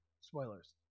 spoilers